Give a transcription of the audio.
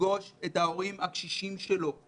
לפגוש את ההורים הקשישים שלהם.